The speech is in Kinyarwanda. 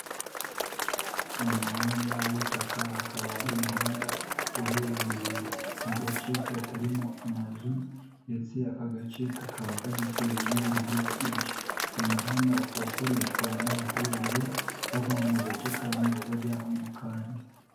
Ni umuhanda w'itaka, akaba ari umuhanda uherereye mu gace katarimo amazu ndetse aka gace kakaba kagizwe n'ibihuru byinshi. Uyu muhanda ukaba ukoreshwa n'abaturage, bava mu gace kamwe bajya mu kandi.